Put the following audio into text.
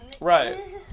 Right